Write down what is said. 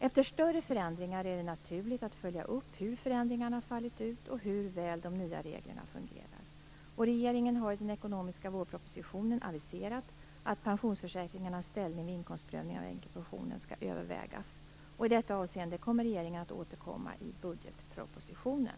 Efter större förändringar är det naturligt att följa upp hur förändringarna har fallit ut och hur väl de nya reglerna fungerar. Regeringen har i den ekonomiska vårpropositionen aviserat att pensionsförsäkringarnas ställning vid inkomstprövning av änkepensionen skall övervägas. I detta avseende kommer regeringen att återkomma i budgetpropositionen.